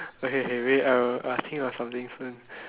okay okay wait ah I think of something first